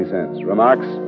Remarks